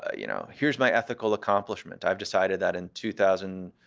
ah you know here's my ethical accomplishment. i've decided that in two thousand,